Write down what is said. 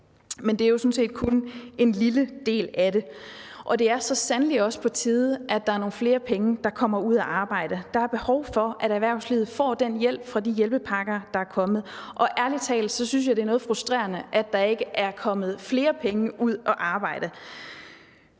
Men det er jo sådan set kun en lille del af det. Og det er så sandelig også på tide, at der er nogle flere penge, der kommer ud at arbejde, for der er behov for, at erhvervslivet får den hjælp fra de hjælpepakker, der er kommet. Ærlig talt synes jeg, det er noget frustrerende, at der ikke er kommet flere penge ud at arbejde.